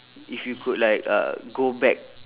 if you could like uh go back